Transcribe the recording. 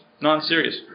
non-serious